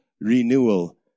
renewal